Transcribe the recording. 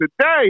Today